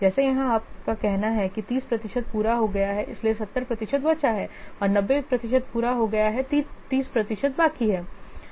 जैसे यहां आपका कहना है कि 30 प्रतिशत पूरा हो गया है इसलिए 70 प्रतिशत बचा है और 90 प्रतिशत पूरा हो गया है 30 प्रतिशत बाकी है